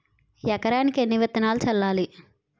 ఎకరానికి ఎన్ని విత్తనాలు చల్లాలి?